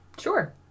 Sure